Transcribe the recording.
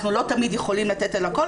אנחנו לא תמיד יכולים לתת על הכל,